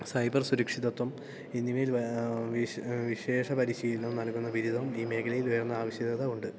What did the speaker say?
cyber സുരക്ഷിതത്വം എന്നിവയിൽ വിശേഷ പരിശീലനം നൽകുന്ന ബിരുദം ഈ മേഖലയിൽ ഉയർന്ന ആവശ്യകത ഉണ്ട്